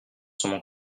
sommes